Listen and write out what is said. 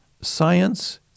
Science